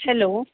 hello